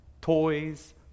toys